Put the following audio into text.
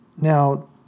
Now